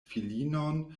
filinon